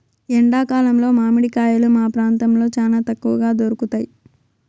ఎండా కాలంలో మామిడి కాయలు మా ప్రాంతంలో చానా తక్కువగా దొరుకుతయ్